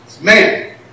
Man